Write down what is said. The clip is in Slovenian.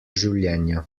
življenja